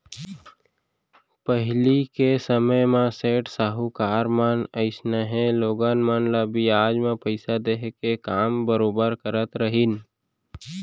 पहिली के समे म सेठ साहूकार मन अइसनहे लोगन मन ल बियाज म पइसा देहे के काम बरोबर करत रहिन